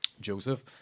Joseph